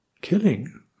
Killing